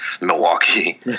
Milwaukee